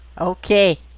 Okay